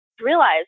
realize